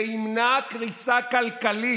זה ימנע קריסה כלכלית,